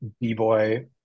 B-boy